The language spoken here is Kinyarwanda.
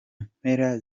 mpera